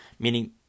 Meaning